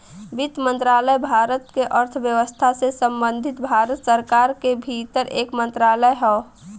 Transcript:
वित्त मंत्रालय भारत क अर्थव्यवस्था से संबंधित भारत सरकार के भीतर एक मंत्रालय हौ